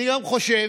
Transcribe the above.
אני גם חושב